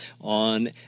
on